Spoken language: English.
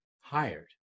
hired